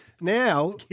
Now